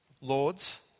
lords